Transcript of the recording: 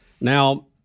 Now